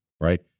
right